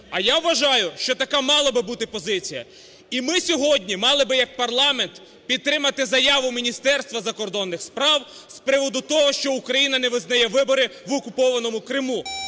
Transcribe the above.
А я вважаю, що така мала б бути позиція. І ми сьогодні мали би як парламент підтримати заяву Міністерства закордонних справ з приводу того, що Україна не визнає вибори в окупованому Криму.